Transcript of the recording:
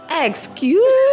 Excuse